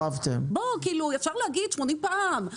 בוא, כאילו, אפשר להגיד 80 פעם.